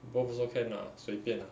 both also can lah 随便 lah